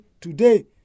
today